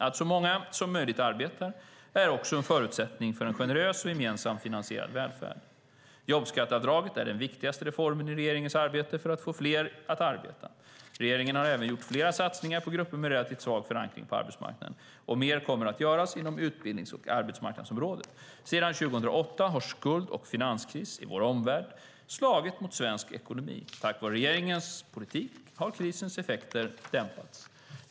Att så många som möjligt arbetar är också en förutsättning för en generös och gemensamt finansierad välfärd. Jobbskatteavdraget är den viktigaste reformen i regeringens arbete för att få fler att arbeta. Regeringen har även gjort flera satsningar på grupper med relativt svag förankring på arbetsmarknaden och mer kommer att göras inom utbildnings och arbetsmarknadsområdet. Sedan 2008 har skuld och finanskris i vår omvärld slagit mot svensk ekonomi. Tack vare regeringens politik har krisens effekter dämpats.